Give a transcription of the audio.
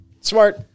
Smart